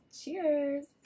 Cheers